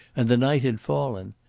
and the night had fallen.